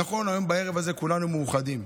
נכון, בערב הזה כולנו מאוחדים.